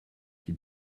qui